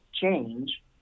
change